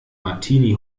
martini